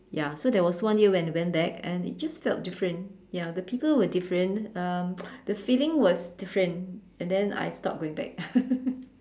ya so there was one year when I went back and it just felt different ya the people were different um the feeling was different and then I stopped going back